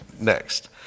next